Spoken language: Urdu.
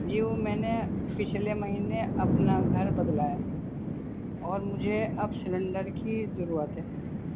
جی وہ میں نے پچھلے مہینے اپنا گھر بدلا ہے اور مجھے اب سلنڈر کی ضرورت ہے